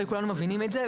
הרי כולנו מבינים את זה,